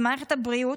ומערכת הבריאות,